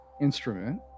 instrument